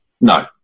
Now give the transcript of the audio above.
no